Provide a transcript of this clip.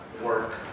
work